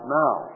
now